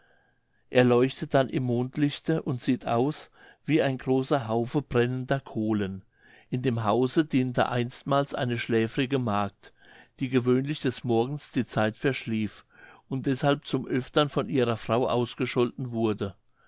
er leuchtet dann im mondlichte und sieht aus wie ein großer haufe brennender kohlen in dem hause diente einstmals eine schläfrige magd die gewöhnlich des morgens die zeit verschlief und deshalb zum öftern von ihrer frau ausgescholten wurde